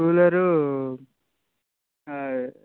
cooler